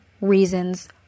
reasons